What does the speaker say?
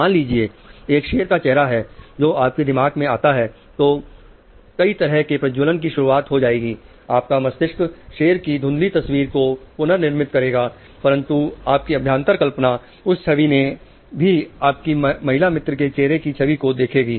मान लीजिए एक शेर का चेहरा है जो आपके दिमाग में आता है तो कई तरह के प्रज्ज्वलन की शुरुआत हो जाएगी आपका मस्तिष्क शेर की धुंधली तस्वीर को पुनर्निर्माण करेगा परंतु आपकी अभ्यांतर कल्पना उस छवि ने भी आपकी महिला मित्र के चेहरे की छवि को देखेगी